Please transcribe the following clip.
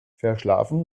verschlafen